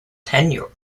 tenure